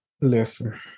Listen